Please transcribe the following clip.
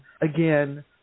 again